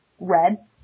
red